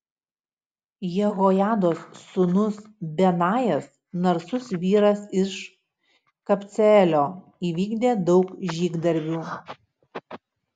jehojados sūnus benajas narsus vyras iš kabceelio įvykdė daug žygdarbių